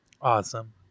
Awesome